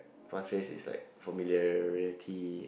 Pasir-Ris is like familiarity